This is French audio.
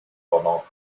pendant